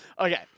Okay